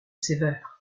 sévères